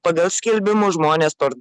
pagal skelbimus žmonės par